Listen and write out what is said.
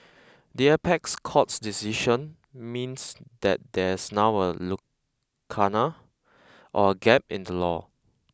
the apex court's decision means that there is now a lacuna or a gap in the law